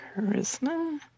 Charisma